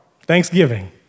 thanksgiving